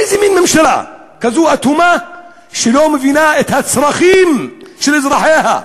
איזה מין ממשלה כזאת אטומה שלא מבינה את הצרכים של אזרחיה.